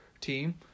team